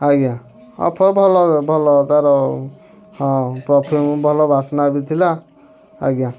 ଆଜ୍ଞା ଅଫର୍ ଭଲ ଭଲ ତା'ର ହଁ ପରଫ୍ୟୁମ୍ ଭଲ ବାସ୍ନା ବି ଥିଲା ଆଜ୍ଞା